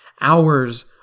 hours